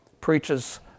preaches